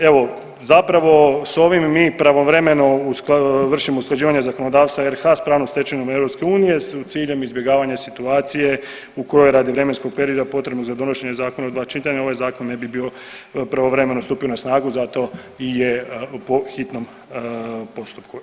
Evo zapravo sa ovim mi pravovremeno vršimo usklađivanje zakonodavstva RH sa pravnom stečevinom EU s ciljem izbjegavanja situacije u kojoj radi vremenskog perioda potrebnog za donošenje zakona u dva čitanja ovaj zakon ne bi bio pravovremeno stupio na snagu zato i je po hitnom postupku.